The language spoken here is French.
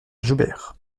joubert